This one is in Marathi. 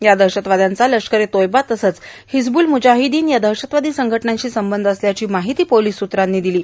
या दहशतवाद्यांचा लष्कर ए तोयबा तसंच हिजबुल मुजाहिदीन या दहशतवादी संघटनांशी संबंध असल्याची माहिती पोलीस सूत्रांनी दिली